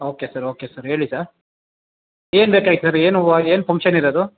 okay sir okay sir ಹೇಳಿ sir ಏನು ಬೇಕಾಗಿತ್ತು ಸರ್ ಏನು ಹೂವು ಏನು ಫಂಕ್ಷನ್ ಇರೋದು